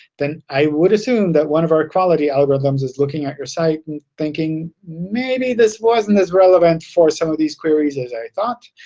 then i would assume that one of our quality algorithms is looking at your site and thinking, maybe this wasn't as relevant for some of these queries as i thought.